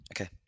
okay